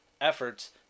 efforts